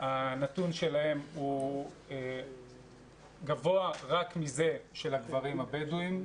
הנתון שלהן הוא גבוה רק מזה של הגברים הבדואים,